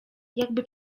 jakby